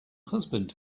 husband